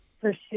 pursue